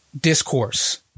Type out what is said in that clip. discourse